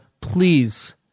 Please